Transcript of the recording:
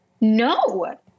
No